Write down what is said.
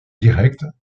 directs